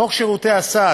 חוק שירותי הסעד,